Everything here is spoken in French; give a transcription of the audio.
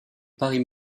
paris